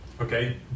Okay